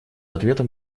ответом